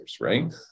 right